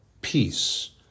peace